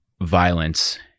violence